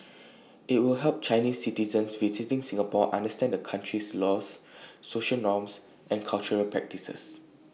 IT will help Chinese citizens visiting Singapore understand the country's laws social norms and cultural practices